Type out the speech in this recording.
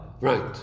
Right